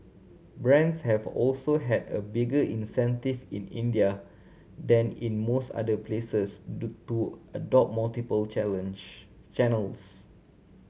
brands have also had a bigger incentive in India than in most other places adopt multiple challenge channels